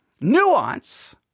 nuance